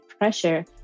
pressure